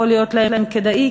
יכול להיות להם כדאי,